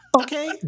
Okay